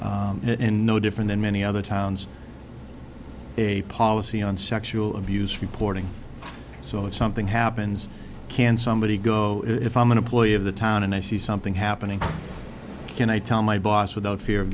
and no different than many other towns a policy on sexual abuse reporting so if something happens can somebody go if i'm an employee of the town and i see something happening can i tell my boss without fear of